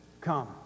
come